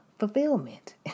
fulfillment